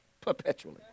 Perpetually